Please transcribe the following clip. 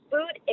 Food